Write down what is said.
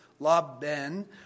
Laben